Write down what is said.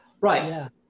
Right